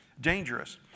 dangerous